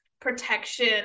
protection